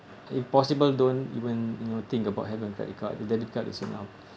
if possible don't even you know think about having a credit card the debit card is enough